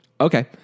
Okay